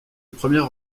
premier